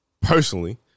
personally